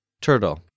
Turtle